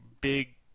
big